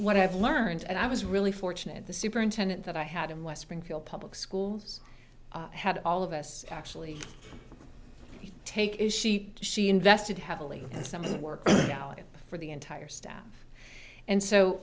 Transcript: what i have learned and i was really fortunate the superintendent that i had in west springfield public schools had all of us actually take is she she invested heavily as some of the work for the entire staff and so